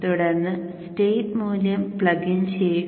തുടർന്ന് സ്റ്റേറ്റ് മൂല്യം plug in ചെയ്യുക